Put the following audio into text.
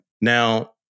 Now